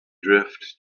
drift